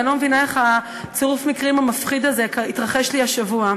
ואני לא מבינה איך צירוף המקרים המפחיד הזה התרחש לי השבוע.